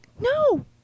No